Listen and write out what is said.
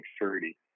maturity